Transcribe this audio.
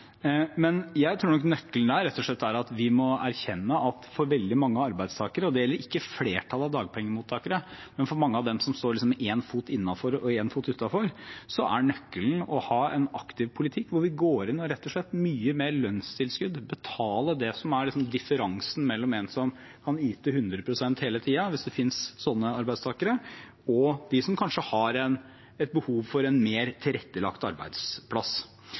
Jeg tror nøkkelen rett og slett er at vi må erkjenne at for veldig mange arbeidstakere – det gjelder ikke flertallet av dagpengemottakere, men for mange av dem som står med én fot innenfor og én fot utenfor – er nøkkelen å ha en aktiv politikk hvor vi går inn med rett og slett mye mer lønnstilskudd. Man betaler det som liksom er differansen mellom en som kan yte 100 pst. hele tiden, hvis det finnes sånne arbeidstakere, og en som kanskje har behov for en mer tilrettelagt arbeidsplass.